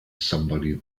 somebody